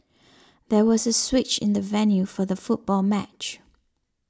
there was a switch in the venue for the football match